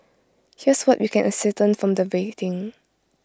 here's what we can ascertain from the rating